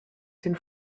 den